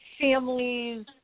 families